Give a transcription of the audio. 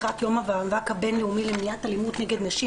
לקראת יום המאבק הבינלאומי למניעת אלימות נגד נשים,